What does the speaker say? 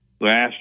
last